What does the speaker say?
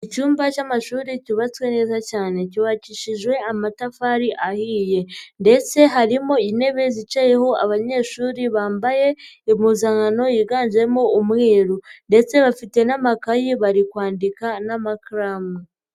Icyumba cy'amashuri cyubatswe neza cyane, cyubakishijwe amatafari ahiye ndetse harimo intebe zicayeho abanyeshuri bambaye impuzankano yiganjemo umweru ndetse bafite n'amakayi bari kwandika n'amakaramu.